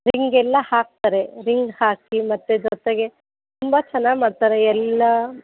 ರಿಂಗೆಲ್ಲ ಹಾಕ್ತಾರೆ ರಿಂಗ್ ಹಾಕಿ ಮತ್ತು ಜೊತೆಗೆ ತುಂಬ ಚೆನ್ನಾಗಿ ಮಾಡ್ತಾರೆ ಎಲ್ಲ